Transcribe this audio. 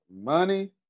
Money